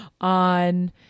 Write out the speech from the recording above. on